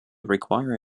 require